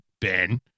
Ben